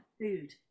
food